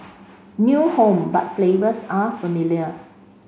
new home but flavors are familiar